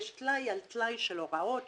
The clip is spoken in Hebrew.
יש טלאי על טלאי של הוראות,